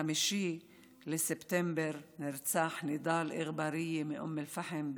ב-5 בספטמבר נרצח נידאל אגבאריה מאום אל-פחם,